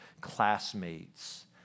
classmates